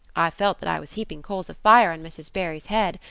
i felt that i was heaping coals of fire on mrs. barry's head.